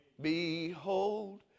Behold